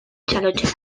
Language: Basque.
txalotzera